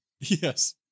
Yes